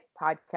podcast